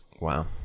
Wow